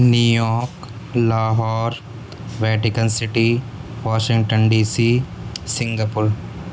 New York Lahore Vatican city Washington DC Singapore